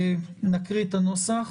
נקריא את הנוסח.